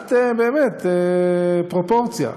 קצת פרופורציה.